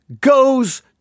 goes